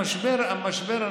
המשבר,